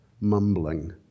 mumbling